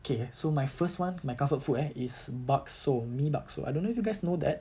okay so my first one my comfort food eh is bakso mi bakso I don't know if you guys know that